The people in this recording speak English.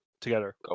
together